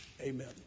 Amen